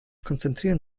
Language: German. konzentrieren